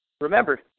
remember